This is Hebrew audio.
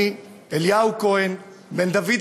אני, אליהו כהן, בן דוד,